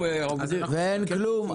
ואין כלום.